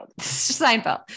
Seinfeld